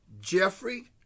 Jeffrey